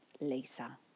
Lisa